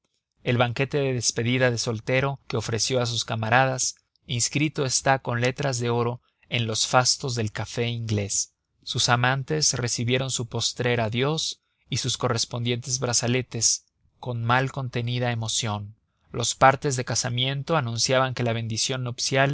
el banquete de despedida de soltero que ofreció a sus camaradas inscrito está con letras de oro en los fastos del café inglés sus amantes recibieron su postrer adiós y sus correspondientes brazaletes con mal contenida emoción los partes de casamiento anunciaban que la bendición